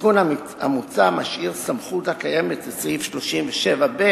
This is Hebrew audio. התיקון המוצע משאיר סמכות הקיימת בסעיף 37(ב)